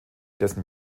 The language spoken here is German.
dessen